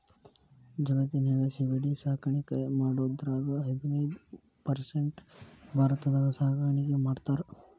ಜಗತ್ತಿನ್ಯಾಗ ಸಿಗಡಿ ಸಾಕಾಣಿಕೆ ಮಾಡೋದ್ರಾಗ ಹದಿನೈದ್ ಪರ್ಸೆಂಟ್ ಭಾರತದಾಗ ಸಾಕಾಣಿಕೆ ಮಾಡ್ತಾರ